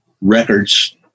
records